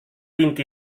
vint